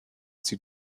sie